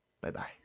bye-bye